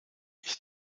ich